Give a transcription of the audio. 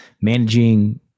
managing